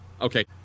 Okay